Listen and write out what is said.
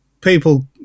people